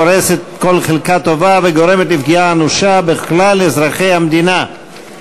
הורסת כל חלקה טובה וגורמת לפגיעה אנושה בכלל אזרחי המדינה,